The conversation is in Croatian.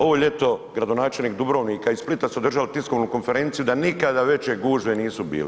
Ovo ljeto gradonačelnik Dubrovnika i Splita su držali tiskovnu konferenciju da nikada veće gužve nisu bile.